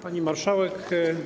Pani Marszałek!